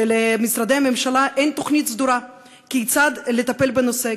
שלמשרדי הממשלה אין תוכנית סדורה כיצד לטפל בנושא,